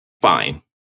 fine